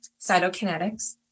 Cytokinetics